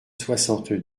soixante